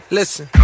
listen